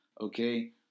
okay